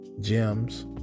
gems